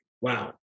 Wow